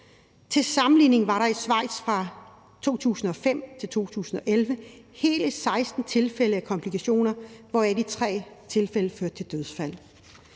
Til sammenligning var der i Schweiz fra 2005 til 2011 hele 16 tilfælde af komplikationer, hvoraf de tre tilfælde førte til dødsfald.